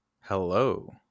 Hello